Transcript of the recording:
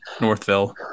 Northville